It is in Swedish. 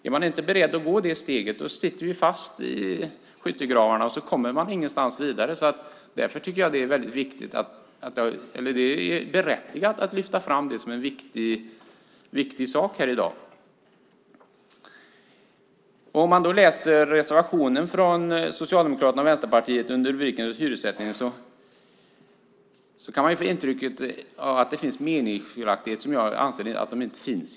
Är man inte beredd att ta det steget sitter vi fast i skyttegravarna och kommer inte vidare. Därför tycker jag att det är berättigat att lyfta fram det som en viktig sak här i dag. Om man läser reservationen från Socialdemokraterna och Vänsterpartiet under rubriken Hyressättning kan man få intrycket att det finns meningsskiljaktigheter som jag anser i grunden inte finns.